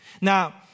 Now